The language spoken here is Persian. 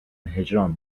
هجران